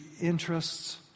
interests